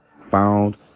found